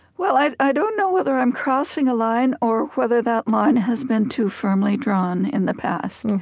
well, i i don't know whether i'm crossing a line or whether that line has been too firmly drawn in the past.